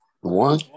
One